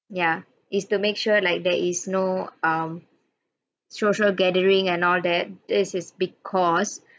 ya it's to make sure like there is no um social gathering and all that this is because